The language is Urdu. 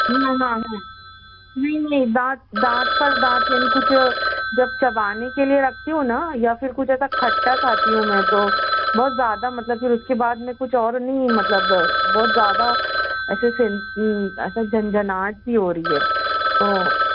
ہاں ہاں ہاں نہیں نہیں دانت دانت پر دانت یعنی کچھ جب چبانے کے لیے رکھتی ہوں نا یا پھر کچھ ایسا کھٹا کھاتی ہوں میں تو بہت زیادہ مطلب پھر اُس کے بعد میں کچھ اور نہیں مطلب بہت زیادہ ایسے ایسا جھنجھناہٹ سی ہو رہی ہے تو